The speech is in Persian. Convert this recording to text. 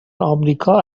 آمریکا